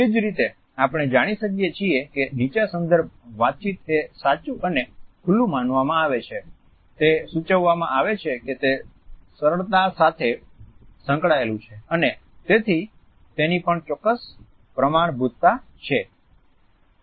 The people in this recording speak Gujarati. તે જ રીતે આપણે જાણી શકીએ છીએ કે નીચા સંદર્ભ વાતચીત એ સાચું અને ખુલ્લું માનવામાં આવે છે તે સૂચવવામાં આવે છે કે તે સરળતા સાથે સંકળાયેલું છે અને તેથી તેની પણ ચોક્ક્સ પ્રમાણભૂતતા છે